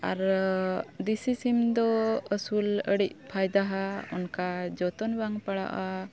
ᱟᱨ ᱫᱤᱥᱤ ᱥᱤᱢ ᱫᱚ ᱟᱹᱥᱩᱞ ᱟᱹᱰᱤ ᱯᱷᱟᱭᱫᱟ ᱦᱟᱜ ᱚᱱᱠᱟ ᱡᱚᱛᱚᱱ ᱵᱟᱝ ᱯᱟᱲᱟᱜᱼᱟ